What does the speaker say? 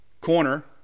corner